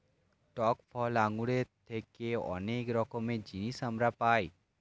টক ফল আঙ্গুরের থেকে অনেক রকমের জিনিস আমরা পাই